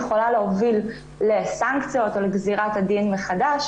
יכולה להוביל לסנקציות או לגזירת הדין מחדש.